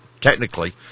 Technically